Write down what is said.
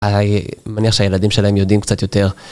אני מניח שהילדים שלהם יודעים קצת יותר.